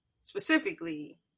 specifically